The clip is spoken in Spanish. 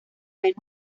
menos